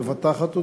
מאבטחת אותו,